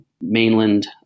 mainland